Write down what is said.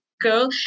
girl